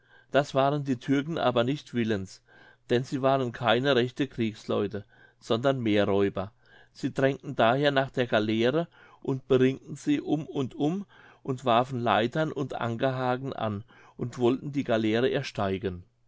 das waren die türken aber nicht willens denn sie waren keine rechte kriegsleute sondern meerräuber sie drängten daher nach der galerre und beringten sie um und um und warfen leitern und ankerhaken an und wollten die galeere ersteigen